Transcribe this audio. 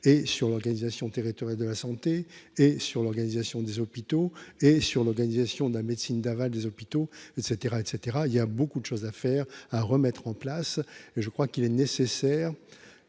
et sur l'organisation territoriale de la santé et sur l'organisation des hôpitaux et sur l'organisation de la médecine d'aval des hôpitaux, et caetera et caetera, il y a beaucoup de choses à faire, à remettre en place et je crois qu'il est nécessaire